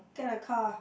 get a car